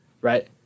Right